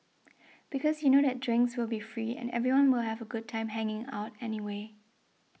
because you know that drinks will be free and everyone will have a good time hanging out anyway